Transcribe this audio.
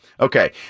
Okay